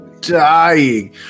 dying